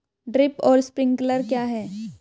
Drip और sprinkler क्या हैं?